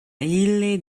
ille